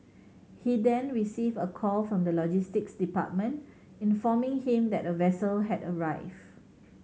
he then received a call from the logistics department informing him that a vessel had arrived